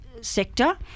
sector